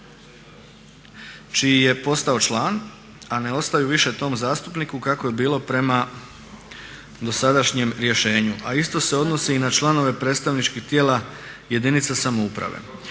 čiji je postao član a ne ostaju više tom zastupniku kako je bilo prema dosadašnjem rješenju. A isto se odnosi i na članove predstavničkih tijela jedinica samouprave.